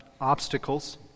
obstacles